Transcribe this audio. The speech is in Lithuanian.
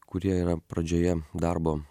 kurie yra pradžioje darbo